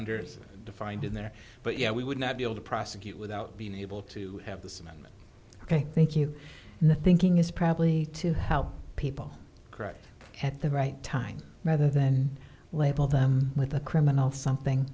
unders defined in there but yeah we would not be able to prosecute without being able to have this amendment ok thank you and the thinking is probably to help people at the right time rather than label them with a criminal something